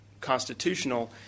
constitutional